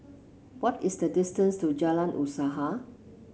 what is the distance to Jalan Usaha